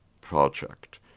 project